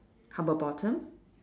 how about bottom